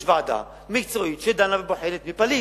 יש ועדה מקצועית שדנה ובוחנת מי פליט,